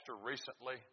recently